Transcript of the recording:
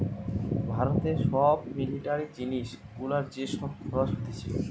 ভারতে সব মিলিটারি জিনিস গুলার যে সব খরচ হতিছে